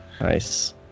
nice